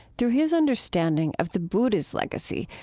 through his understanding of the buddha's legacy,